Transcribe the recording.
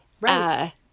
Right